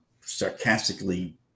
sarcastically